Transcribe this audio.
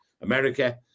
America